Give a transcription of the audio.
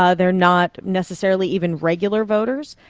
ah they're not necessarily even regular voters.